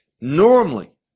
normally